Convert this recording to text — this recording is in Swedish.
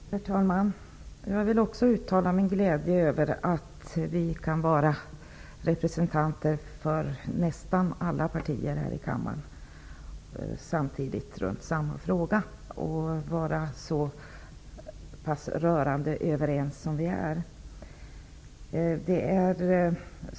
Herr talman! Jag vill också uttala min glädje över att nästan alla partier är representerade här i kammaren runt samma fråga. Det är också glädjande att vi är så rörande överens.